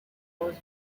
was